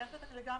לגמרי.